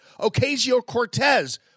Ocasio-Cortez